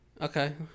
Okay